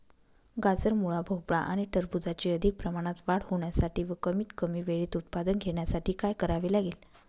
गाजर, मुळा, भोपळा आणि टरबूजाची अधिक प्रमाणात वाढ होण्यासाठी व कमीत कमी वेळेत उत्पादन घेण्यासाठी काय करावे लागेल?